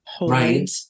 right